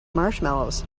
marshmallows